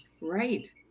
Right